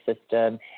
system